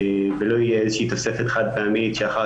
ולא יהיה איזו שהיא תוספת חד פעמית שאחר